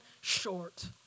short